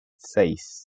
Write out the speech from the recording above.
seis